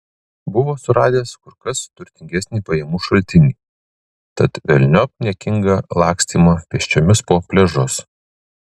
buvo suradęs kur kas turtingesnį pajamų šaltinį tad velniop niekingą lakstymą pėsčiomis po pliažus